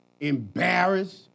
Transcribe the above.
embarrassed